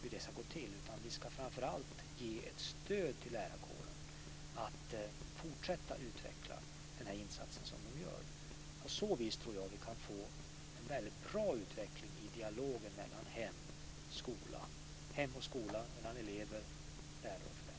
I stället ska vi ge stöd till lärarkåren att fortsätta utveckla sin insats. På så vis kan vi få en bra utveckling av dialogen mellan hem och skola, mellan elever, lärare och föräldrar.